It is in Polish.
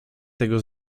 tego